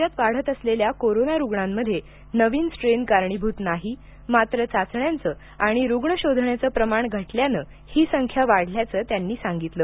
राज्यात वाढत असलेल्या कोरोना रुग्णांमध्ये नवीन स्ट्रेन कारणीभूत नाही मात्र चाचण्यांचं आणि रुग्ण शोधण्याचं प्रमाण घटल्यानं ही संख्या वाढल्याचं त्यांनी सांगितलं